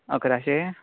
इकराशें